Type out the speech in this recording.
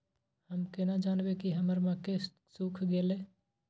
हम केना जानबे की हमर मक्के सुख गले?